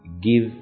give